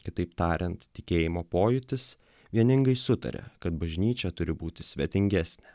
kitaip tariant tikėjimo pojūtis vieningai sutaria kad bažnyčia turi būti svetingesnė